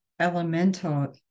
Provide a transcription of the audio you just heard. Elemental